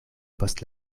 post